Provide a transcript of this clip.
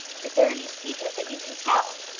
is there any secret that you can tell?